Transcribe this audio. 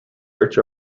rich